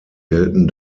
gelten